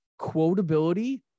quotability